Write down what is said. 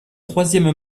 troisième